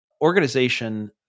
organization